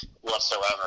whatsoever